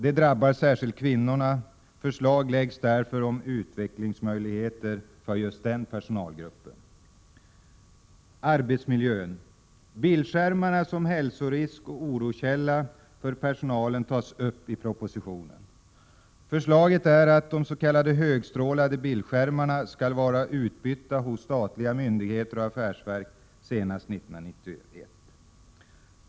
Det drabbar särskilt kvinnorna. Förslag läggs därför fram om utvecklingsmöjligheter för just den personalgruppen. Ett annat viktigt förslag gäller arbetsmiljön. Bildskärmarna som hälsorisk och oroskälla för personalen tas upp i propositionen. Förslaget innebär att de s.k. högstrålande bildskärmarna skall var utbytta hos statliga myndigheter och affärsverk senast år 1991.